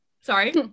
Sorry